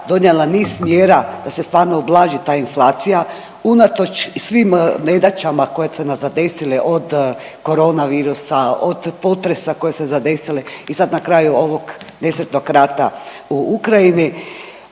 donijela niz mjera da se stvarno ublaži ta inflacija unatoč svim nedaćama koje su nas zadesile, od koronavirusa, od potresa koji se zadesile i sad na kraju ovog nesretnog rata u Ukrajini